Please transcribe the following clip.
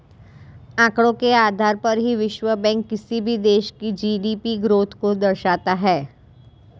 आंकड़ों के आधार पर ही विश्व बैंक किसी भी देश की जी.डी.पी ग्रोथ को दर्शाता है